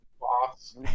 boss